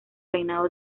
reinado